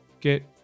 get